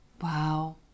Wow